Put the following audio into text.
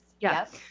Yes